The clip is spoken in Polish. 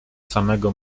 samego